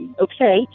okay